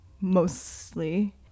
mostly